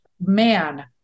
man